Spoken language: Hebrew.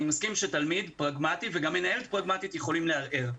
אני מסכים שתלמיד פרגמטי ומנהל פרגמטי יכולים לערער.